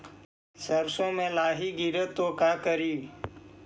सरसो मे लाहि गिरे तो का करि?